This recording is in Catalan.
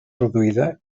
reduïda